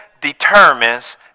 determines